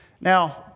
Now